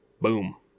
boom